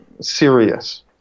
serious